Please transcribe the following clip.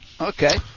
Okay